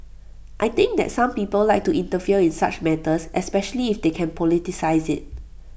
I think that some people like to interfere in such matters especially if they can politicise IT